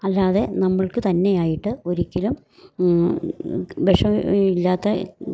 അല്ലാതെ നമ്മൾക്ക് തന്നെയായിട്ട് ഒരിക്കലും വിഷം ഇല്ലാത്ത